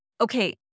okay